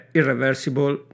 irreversible